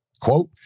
Quote